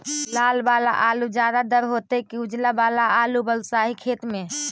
लाल वाला आलू ज्यादा दर होतै कि उजला वाला आलू बालुसाही खेत में?